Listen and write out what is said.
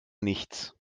nichts